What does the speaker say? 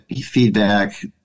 feedback